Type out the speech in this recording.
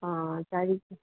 आ तारीक